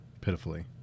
pitifully